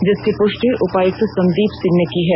जिसकी पुष्टि उपायुक्त संदीप सिंह ने की है